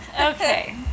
Okay